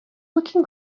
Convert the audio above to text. looking